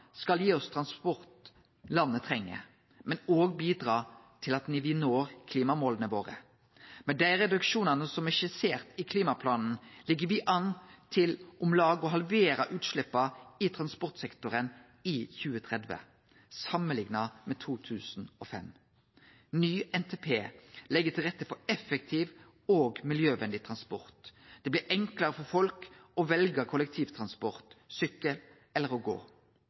skal gi oss transport landet treng, men òg bidra til at me når klimamåla våre. Med dei reduksjonane som er skisserte i klimaplanen, ligg me an til om lag å halvere utsleppa i transportsektoren i 2030 samanlikna med 2005. Ny NTP legg til rette for effektiv og miljøvennleg transport. Det blir enklare for folk å velje kollektivtransport, sykkel eller å gå.